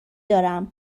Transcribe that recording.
دارم